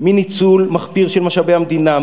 מניצול מחפיר של משאבי המדינה,